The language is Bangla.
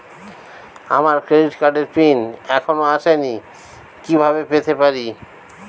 আমার ক্রেডিট কার্ডের পিন এখনো আসেনি কিভাবে পেতে পারি?